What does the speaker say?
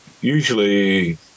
usually